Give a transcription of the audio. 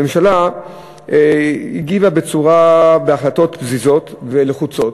הממשלה הגיבה בהחלטות פזיזות ולחוצות.